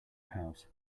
house